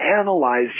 analyze